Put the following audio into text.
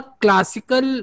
classical